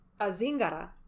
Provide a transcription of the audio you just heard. Azingara